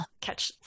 Catch